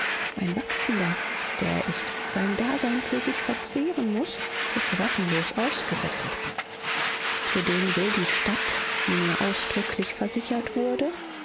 ein wachsender der er ist sein dasein für sich verzehren muß ist er waffenlos ausgesetzt zudem will die stadt wie mir ausdrücklich versichert wurde